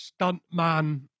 stuntman